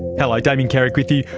hello, damien carrick with you,